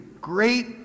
great